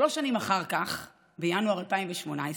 שלוש שנים אחר כך, בינואר 2018,